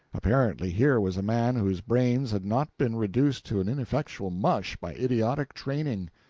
apparently here was a man whose brains had not been reduced to an ineffectual mush by idiotic training.